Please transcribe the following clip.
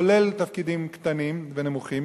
כולל תפקידים קטנים ונמוכים,